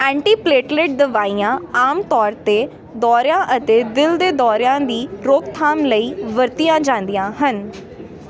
antiplatelet ਦਵਾਈਆਂ ਆਮ ਤੌਰ 'ਤੇ ਦੌਰਿਆਂ ਅਤੇ ਦਿਲ ਦੇ ਦੌਰਿਆਂ ਦੀ ਰੋਕਥਾਮ ਲਈ ਵਰਤੀਆਂ ਜਾਂਦੀਆਂ ਹਨ